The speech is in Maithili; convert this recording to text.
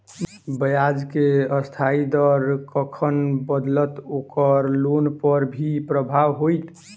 ब्याज केँ अस्थायी दर कखन बदलत ओकर लोन पर की प्रभाव होइत?